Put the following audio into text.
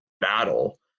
battle